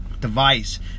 device